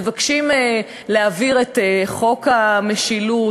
מבקשים להעביר את חוק המשילות,